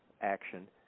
action